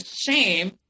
shame